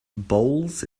bowls